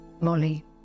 Molly